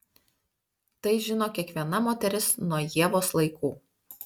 tai žino kiekviena moteris nuo ievos laikų